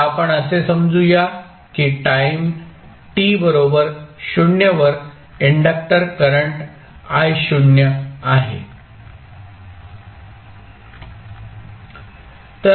आता आपण असे समजू या की टाईम t बरोबर 0 वर इंडक्टर करंट I0 आहे